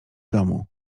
domu